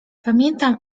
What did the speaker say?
pamiętam